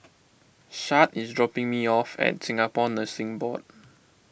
Shad is dropping me off at Singapore Nursing Board